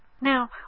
now